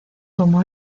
tomó